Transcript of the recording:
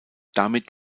damit